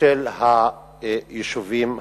של היישובים הערביים.